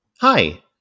Hi